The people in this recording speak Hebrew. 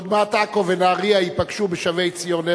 עוד מעט עכו ונהרייה ייפגשו בשבי-ציון,